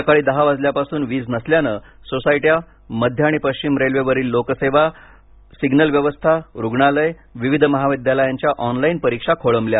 सकाळी दहा वाजल्यापासून वीज नसल्याने सोसायट्या मध्य आणि पश्चिम रेल्वेवरील लोकसेवा सिग्नल व्यवस्था रूग्णालय विविध महाविद्यालयांच्या आँनलाईन परिक्षा खोळंबल्या